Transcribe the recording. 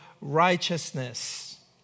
righteousness